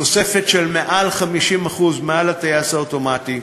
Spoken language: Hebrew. תוספת של יותר מ-50%, מעל הטייס האוטומטי,